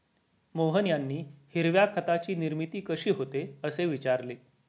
मोहन यांनी हिरव्या खताची निर्मिती कशी होते, असे विचारले